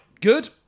Good